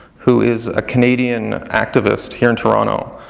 who is a canadian activist here in toronto.